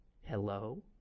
Hello